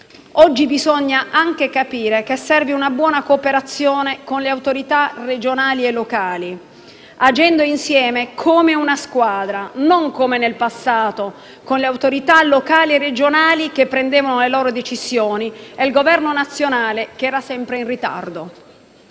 Oggi bisogna anche capire che serve una buona cooperazione con le autorità regionali e locali, agendo insieme come una squadra, e non come nel passato, quando le autorità locali e regionali prendevano le loro decisioni e il Governo nazionale era sempre in ritardo.